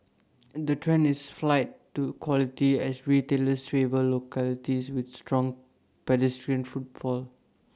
the trend is flight to quality as retailers favour localities with strong pedestrian footfall